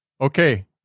okay